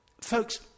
folks